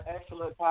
excellent